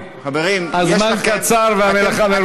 הזמן קצר והמלאכה מרובה.